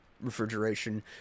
refrigeration